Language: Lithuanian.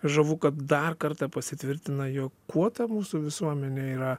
žavu kad dar kartą pasitvirtina jog kuo ta mūsų visuomenė yra